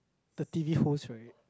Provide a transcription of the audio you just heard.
the T_V host right